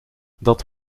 dat